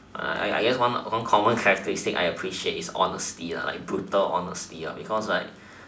I I I guess one one common characteristic I appreciate is honesty like brutal honesty because right